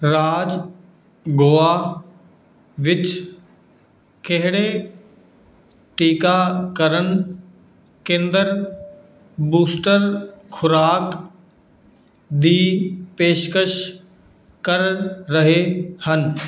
ਰਾਜ ਗੋਆ ਵਿੱਚ ਕਿਹੜੇ ਟੀਕਾਕਰਨ ਕੇਂਦਰ ਬੂਸਟਰ ਖੁਰਾਕ ਦੀ ਪੇਸ਼ਕਸ਼ ਕਰ ਰਹੇ ਹਨ